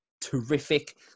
terrific